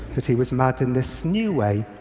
that he was mad in this new way.